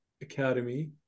Academy